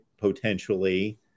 potentially